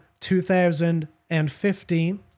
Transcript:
2015